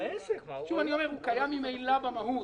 הוא קיים ממילא במהות,